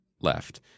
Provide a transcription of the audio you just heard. left